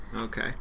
Okay